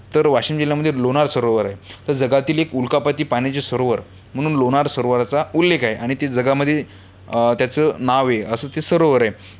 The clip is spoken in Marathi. तर वाशिम जिल्ह्यामधे लोणार सरोवर आहे तर जगातील एक उल्कापाती पाण्याचे सरोवर म्हणून लोणार सरोवराचा उल्लेख आहे आणि ते जगामध्ये त्याचं नाव आहे असं ते सरोवर आहे